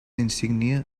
insígnia